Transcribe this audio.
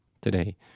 today